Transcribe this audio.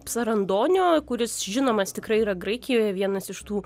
psarandonio kuris žinomas tikrai yra graikijoje vienas iš tų